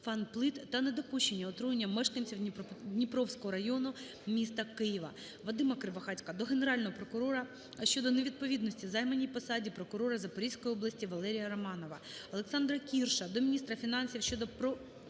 "ФанПлит" та недопущення отруєння мешканців Дніпровського району міста Києва. ВадимаКривохатька до Генерального прокурора щодо невідповідності займаній посаді прокурора Запорізької області Валерія Романова. Олександра Кірша до міністра фінансів щодо продовження